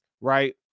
right